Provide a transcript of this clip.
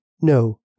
No